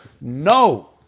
no